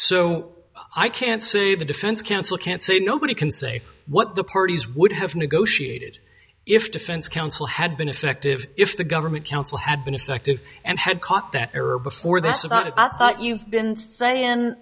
so i can't see the defense counsel can't say nobody can say what the parties would have negotiated if defense counsel had been effective if the government counsel had been effective and had caught that error before this about it but you've been sayin